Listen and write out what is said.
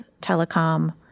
telecom